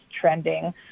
trending